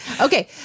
Okay